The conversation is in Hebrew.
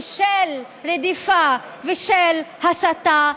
של רדיפה ושל הסתה,